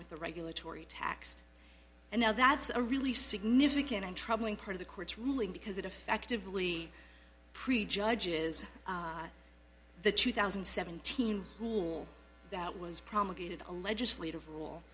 with the regulatory taxed and now that's a really significant and troubling part of the court's ruling because it effectively prejudge is the two thousand and seventeen rule that was promulgated a legislative rule